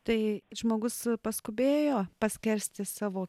tai žmogus paskubėjo paskersti savo